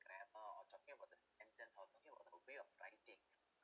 grammar or talking about the sentences or talking about the way of writing